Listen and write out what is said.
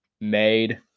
made